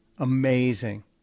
amazing